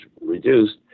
reduced